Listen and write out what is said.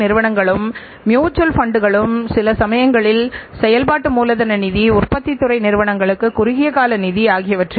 இந்த வகை தர விளக்கப்படங்கள் நாம் எந்த திசையில் செல்கிறோம் என்பதையும் உற்பத்தியின் தரத்தை உறுதிசெய்கிறோமா